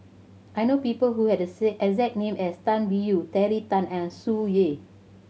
I know people who have the exact name as Tan Biyun Terry Tan and Tsung Yeh